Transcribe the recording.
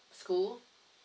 school